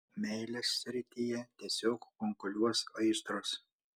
meilės srityje tiesiog kunkuliuos aistros